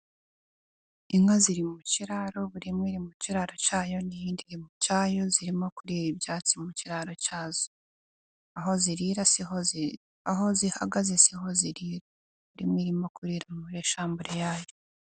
Inka ziri mu kiraro buri imwe iri mu kiraro cyayo n'iyindi iri mu cyayo, zirimo kurira ibyatsi mu kiraro cyazo. Aho zihagaze siho zirira , buri imwe irimo kurira muri shambure yayo.